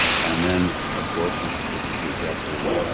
and then of course you, you, you get the,